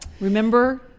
Remember